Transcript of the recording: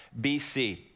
BC